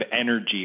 energy